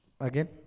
Again